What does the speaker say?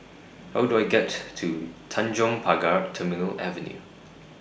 How Do I get to Tanjong Pagar Terminal Avenue